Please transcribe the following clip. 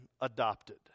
adopted